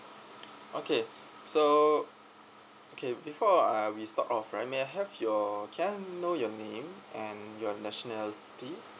okay so okay before uh we start off right may I have your can I know your name and your nationality